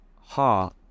ha